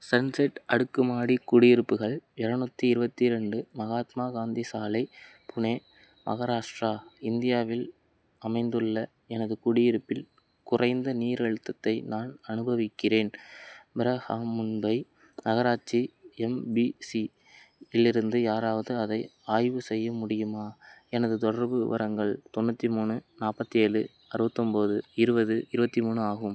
sunset அடுக்குமாடி குடியிருப்புகள் இரநூத்தி இருபத்தி ரெண்டு மகாத்மா காந்தி சாலை புனே மகாராஷ்டிரா இந்தியாவில் அமைந்துள்ள எனது குடியிருப்பில் குறைந்த நீர் அழுத்தத்தை நான் அனுபவிக்கிறேன் ப்ரஹான் மும்பை நகராட்சி எம்பிசி இலிருந்து யாராவது அதை ஆய்வு செய்ய முடியுமா எனது தொடர்பு விவரங்கள் தொண்ணூற்றி மூணு நாற்பத்தி ஏழு அறுவத்தொம்பது இருபது இருபத்தி மூணு ஆகும்